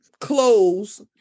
clothes